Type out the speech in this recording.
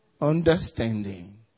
understanding